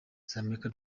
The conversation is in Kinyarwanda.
z’amerika